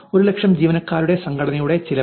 ഒരു ലക്ഷം ജീവനക്കാരുടെ സംഘടനയുടെ ചെലവ്